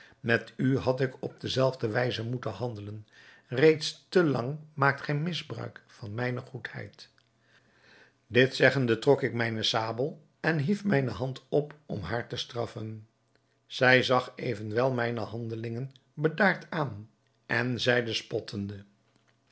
met u had ik op de zelfde wijze moeten handelen reeds te lang maakt gij misbruik van mijne goedheid dit zeggende trok ik mijne sabel en hief mijne hand op om haar te straffen zij zag evenwel mijne handelingen bedaard aan en zeide spottende